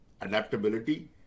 adaptability